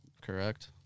Correct